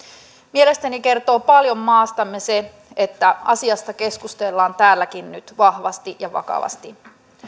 mielestäni kertoo paljon maastamme se että asiasta keskustellaan täälläkin nyt vahvasti ja vakavasti